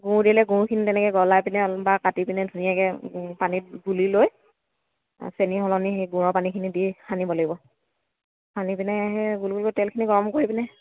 গুৰ দিলে গুৰখিনি তেনেকৈ গলাই পিনে বা কাটি পিনে ধুনীয়াকৈ পানীত গুলি লৈ চেনি সলনি সেই গুৰৰ পানীখিনি দি সানিব লাগিব সানি পিনে সেই গোল গোলকৈ তেলখিনি গৰম কৰি পিনে